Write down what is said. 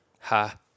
Ha